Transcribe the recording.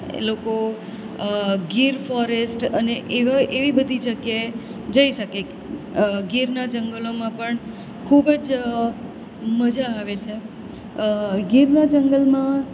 એ લોકો ગીર ફોરેસ્ટ અને એવા એવી બધી જગ્યાએ જઈ શકે ગીરના જંગલોમાં પણ ખૂબ જ મજા આવે છે ગીરના જંગલમાં